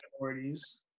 minorities